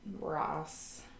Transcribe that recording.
ross